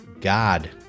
God